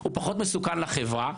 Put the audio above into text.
הוא פחות מסוכן לחברה,